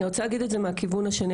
אני רוצה להגיד את זה מהכיוון השני,